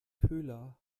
köhler